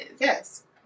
Yes